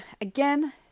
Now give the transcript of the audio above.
again